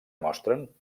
mostren